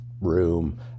room